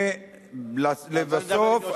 ולבסוף,